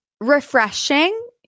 refreshing